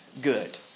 good